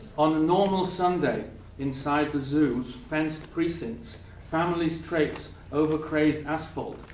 on a normal sunday inside the zoo's fenced precincts, families traipse over crazed asphalt,